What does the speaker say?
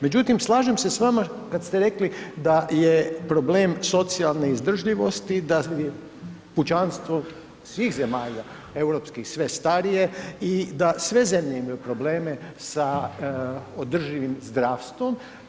Međutim slažem se s vama kad ste rekli da je problem socijalne izdržljivosti, da pučanstvo svih zemalja europskih sve starije i da sve zemlje imaju probleme sa održivim zdravstvom.